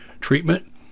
treatment